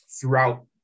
throughout